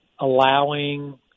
allowing